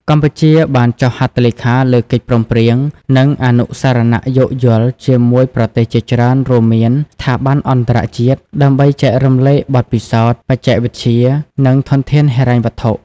កម្ពុជាបានចុះហត្ថលេខាលើកិច្ចព្រមព្រៀង និងអនុស្សរណៈយោគយល់ជាមួយប្រទេសជាច្រើនរួមមានស្ថាប័នអន្តរជាតិ ដើម្បីចែករំលែកបទពិសោធន៍ បច្ចេកវិទ្យា និងធនធានហិរញ្ញវត្ថុ។